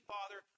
Father